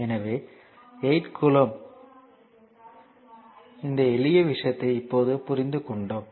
எனவே 8 கூலொம்ப் இந்த எளிய விஷயத்தை இப்போது புரிந்து கொண்டோம்